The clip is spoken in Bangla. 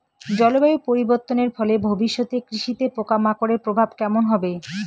জলবায়ু পরিবর্তনের ফলে ভবিষ্যতে কৃষিতে পোকামাকড়ের প্রভাব কেমন হবে?